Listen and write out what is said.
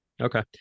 Okay